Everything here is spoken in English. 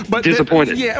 disappointed